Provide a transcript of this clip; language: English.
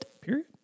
Period